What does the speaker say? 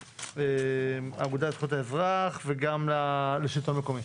האגודה לזכויות האזרח וגם לשלטון מקומי.